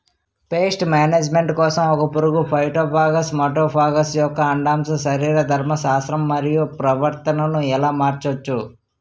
Paste management కోసం ఒక పురుగు ఫైటోఫాగస్హె మటోఫాగస్ యెక్క అండాశయ శరీరధర్మ శాస్త్రం మరియు ప్రవర్తనను ఎలా మార్చచ్చు?